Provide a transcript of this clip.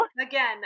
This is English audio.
Again